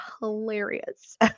hilarious